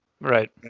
Right